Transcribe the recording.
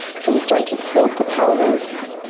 so we start to tilt the pelvis